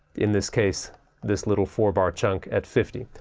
in this case this little four bar chunk at fifty.